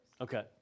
Okay